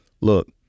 look